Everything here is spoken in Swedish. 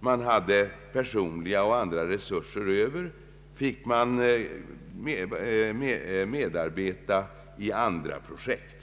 bolaget hade personella och andra resurser över, fick det medverka i andra projekt.